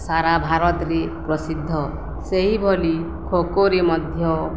ସାରା ଭାରତରେ ପ୍ରସିଦ୍ଧ ସେହିଭଳି ଖୋଖୋରେ ମଧ୍ୟ